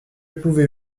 pouvez